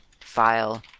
file